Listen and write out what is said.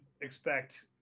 expect